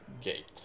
gate